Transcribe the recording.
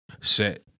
set –